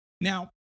Now